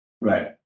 Right